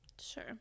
sure